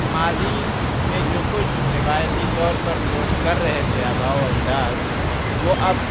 ماضی میں جو کچھ روایتی طور پر لوگ کر رہے تھے آبا و اجداد وہ اب